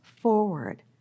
forward